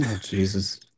Jesus